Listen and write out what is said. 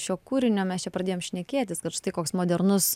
šio kūrinio mes čia pradėjom šnekėtis kad štai koks modernus